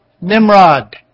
Nimrod